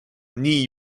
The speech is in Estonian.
nii